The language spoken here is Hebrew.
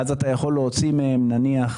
ואז אתה יכול להוציא מהם נניח